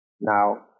now